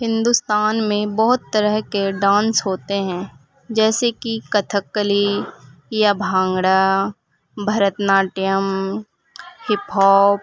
ہندوستان میں بہت طرح کے ڈانس ہوتے ہیں جیسے کہ کھتک کلی یا بھانگڑا بھرتناٹیم ہپ ہاپ